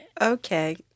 Okay